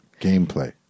gameplay